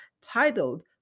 titled